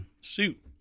suit